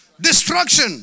destruction